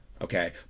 okay